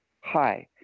Hi